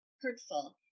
hurtful